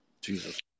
Jesus